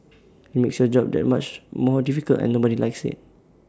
IT makes your job that much more difficult and nobody likes IT